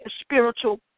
spiritual